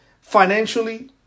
financially